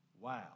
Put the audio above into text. Wow